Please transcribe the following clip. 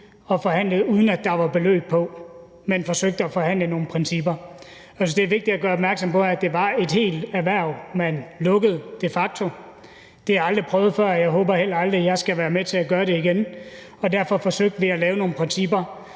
og forhandlede, uden at der var beløb på, men hvor vi forsøgte at forhandle nogle principper. Og jeg synes, det er vigtigt at gøre opmærksom på, at det var et helt erhverv, man de facto lukkede. Det er aldrig prøvet før, og jeg håber heller aldrig, at jeg skal være med til at gøre det igen. Og derfor forsøgte vi at lave nogle principper